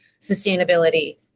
sustainability